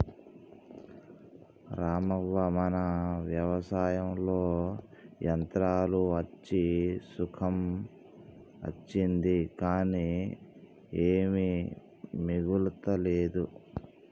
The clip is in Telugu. రామవ్వ మన వ్యవసాయంలో యంత్రాలు అచ్చి సుఖం అచ్చింది కానీ ఏమీ మిగులతలేదు